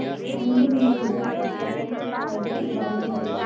महेंद्र ने विजय को कठहल के फायदे के बारे में बताया